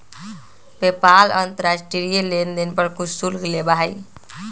PayPal अंतर्राष्ट्रीय लेनदेन पर कुछ शुल्क लेबा हई